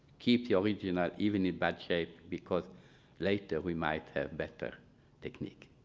keep the original even if bad shape because later we might have better technique.